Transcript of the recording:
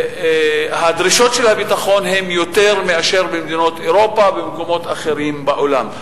והדרישות של הביטחון הן יותר מאשר במדינות אירופה ובמקומות אחרים בעולם.